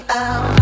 out